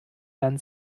dann